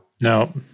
no